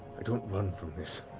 i don't run from this.